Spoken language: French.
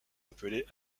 appelé